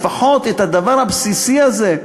לפחות את הדבר הבסיסי הזה,